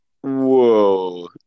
Whoa